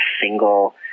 single